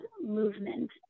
movement